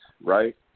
right